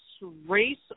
race